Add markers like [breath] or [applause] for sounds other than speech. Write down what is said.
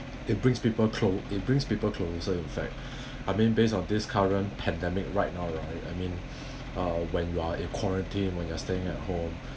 it brings people clo~ it brings people closer in fact I mean base on this current pandemic right now right I mean [breath] uh when you are at quarantine when you are staying at home